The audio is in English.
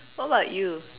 what about you